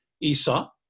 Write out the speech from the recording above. Esau